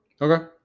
Okay